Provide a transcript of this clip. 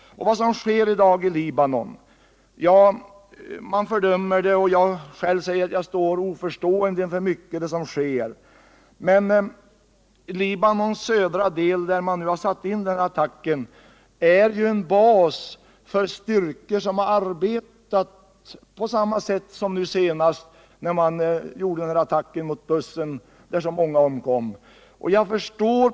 Vad som nu sker i Libanon fördöms av många, och själv står jag också oförstående inför mycket av det som händer. Men Libanons södra del, där den senaste attacken sattes in, är ju en bas för styrkor som har arbetat på samma sätt som vid den senaste attacken mot den buss där så många människor omkom.